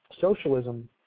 Socialism